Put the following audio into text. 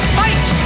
fight